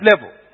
level